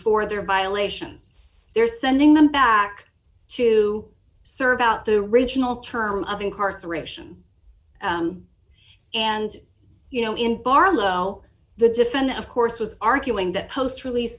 for their violations they're sending them back to serve out the original term of incarceration and you know in barlow the defendant of course was arguing that post release